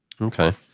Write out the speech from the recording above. Okay